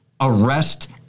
Arrest